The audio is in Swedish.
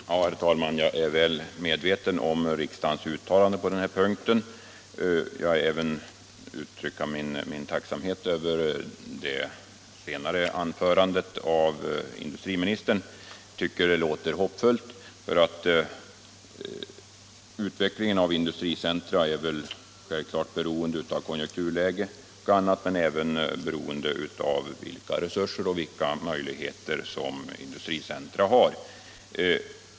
politiken Herr talman! Jag är väl medveten om riksdagens uttalande på den här punkten. Jag vill även uttrycka min tacksamhet över det senare anförandet av industriministern. Jag tycker att det låter hoppfullt, eftersom utvecklingen av industricentra inte bara är beroende av t.ex. konjunkturläget utan också av vilka möjligheter som stiftelsen har.